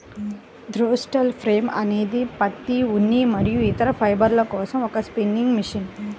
throstle frame అనేది పత్తి, ఉన్ని మరియు ఇతర ఫైబర్ల కోసం ఒక స్పిన్నింగ్ మెషిన్